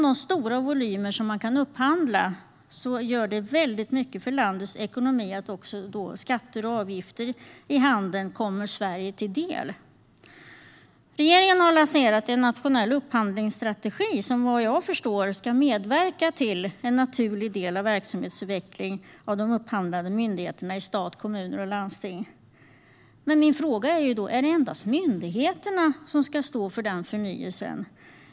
De stora volymer som man kan upphandla gör mycket för landets ekonomi genom att skatter och avgifter från handeln kommer Sverige till del. Regeringen har lanserat en nationell upphandlingsstrategi som vad jag förstår ska medverka till och vara en naturlig del av verksamhetsutveckling av de upphandlande myndigheterna i stat, kommuner och landsting. Men är det endast myndigheterna som ska stå för den förnyelsen?